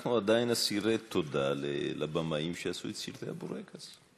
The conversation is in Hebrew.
אנחנו עדיין אסירי תודה לבמאים שעשו את סרטי הבורקס.